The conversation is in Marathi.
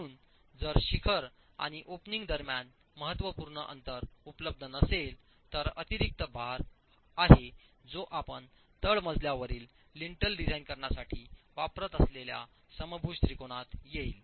म्हणून जर शिखर आणि ओपनिंग दरम्यान महत्त्वपूर्ण अंतर उपलब्ध नसेल तर अतिरिक्त भार आहे जो आपण तळमजल्यावरील लिंटल डिझाइन करण्यासाठी वापरत असलेल्या समभुज त्रिकोणात येईल